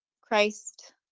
Christ